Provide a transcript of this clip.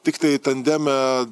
tiktai tandeme